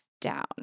down